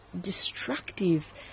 destructive